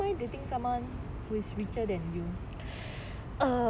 would you mind dating someone who is richer than you